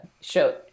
show